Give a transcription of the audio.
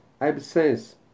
Absence